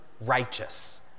righteous